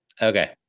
Okay